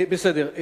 בסדר.